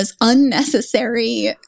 unnecessary